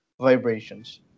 vibrations